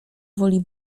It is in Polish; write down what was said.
woli